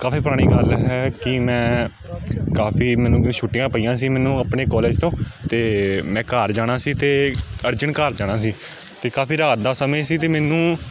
ਕਾਫੀ ਪੁਰਾਣੀ ਗੱਲ ਹੈ ਕਿ ਮੈਂ ਕਾਫੀ ਮੈਨੂੰ ਛੁੱਟੀਆਂ ਪਈਆਂ ਸੀ ਮੈਨੂੰ ਆਪਣੇ ਕੋਲਜ ਤੋਂ ਅਤੇ ਮੈਂ ਘਰ ਜਾਣਾ ਸੀ ਅਤੇ ਅਰਜੰਟ ਘਰ ਜਾਣਾ ਸੀ ਅਤੇ ਕਾਫੀ ਰਾਤ ਦਾ ਸਮੇਂ ਸੀ ਅਤੇ ਮੈਨੂੰ